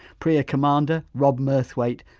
priya commander, rob murthwaite,